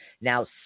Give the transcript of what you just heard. Now